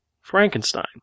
Frankenstein